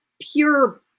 pure